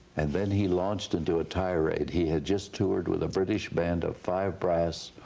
and then he launched into a tirade. he had just toured with a british band of five brass,